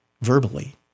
verbally